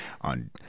On